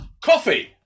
coffee